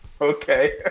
Okay